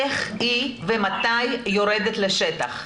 איך היא ומתי יורדת לשטח.